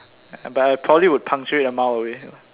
but I probably would puncture it a mile away